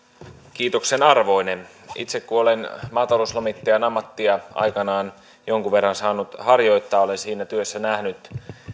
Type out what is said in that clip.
kiitoksen arvoinen itse kun olen maatalouslomittajan ammattia aikanaan jonkin verran saanut harjoittaa niin olen siinä työssä nähnyt